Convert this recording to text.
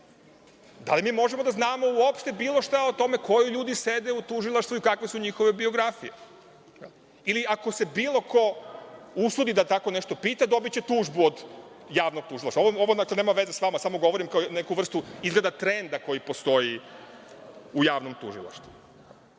Da li možemo mi da znamo uopšte bilo šta o tome koji ljudi sede u tužilaštvu i kakve su njihove biografije. Ili ako se bilo ko usudi da tako nešto pita, dobiće tužbu od javnog tužilaštva. Ovo nema veze sa vama, samo govorim ovo kao neku vrstu trenda koji postoji u javnom tužilaštvu. Da